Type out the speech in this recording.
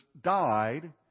died